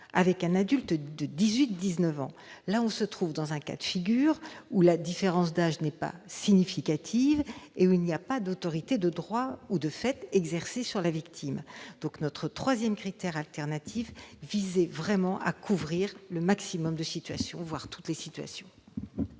ou de dix-neuf ans. On se trouve là dans un cas de figure où la différence d'âge n'est pas significative et où il n'y a pas d'autorité de droit ou de fait exercée sur la victime. Notre troisième critère alternatif vise vraiment à couvrir le maximum de situations, voire toutes les situations.